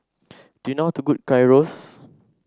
do you know how to cook Gyros